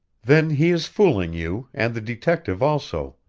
then he is fooling you, and the detective also.